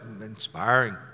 inspiring